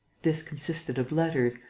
this consisted of letters,